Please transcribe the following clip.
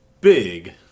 Big